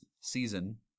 season